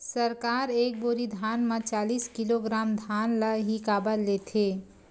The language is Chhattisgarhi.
सरकार एक बोरी धान म चालीस किलोग्राम धान ल ही काबर लेथे?